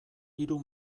hiru